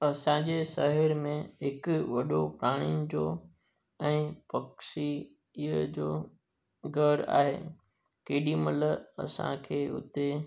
असांजे शहिर में हिकु वॾो प्राणियुनि जो ऐं पखीअ जो घरु आहे केॾी महिल असांखे उते